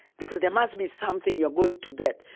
because there must be something you're going to get.